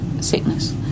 sickness